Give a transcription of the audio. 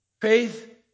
Faith